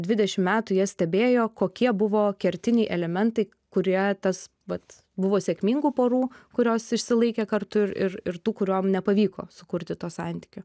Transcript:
dvidešim metų jie stebėjo kokie buvo kertiniai elementai kurie tas vat buvo sėkmingų porų kurios išsilaikė kartu ir ir ir tų kuriom nepavyko sukurti to santykio